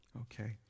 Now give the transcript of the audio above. Okay